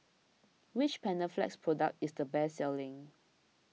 which Panaflex product is the best selling